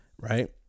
Right